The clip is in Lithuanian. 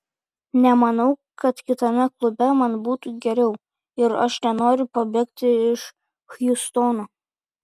nemanau kad kitame klube man būtų geriau ir aš nenoriu pabėgti iš hjustono